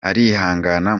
arihangana